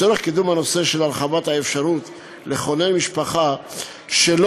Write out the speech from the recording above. לצורך קידום הנושא של הרחבת האפשרות לכונן משפחה שלא